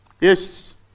yes